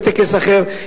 בטקס אחר,